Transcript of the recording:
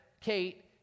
Kate